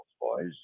boys